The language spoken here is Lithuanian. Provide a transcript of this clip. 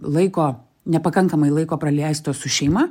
laiko nepakankamai laiko praleisto su šeima